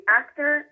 actor